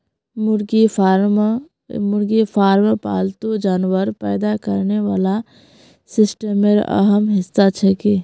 मुर्गी फार्म पालतू जानवर पैदा करने वाला सिस्टमेर अहम हिस्सा छिके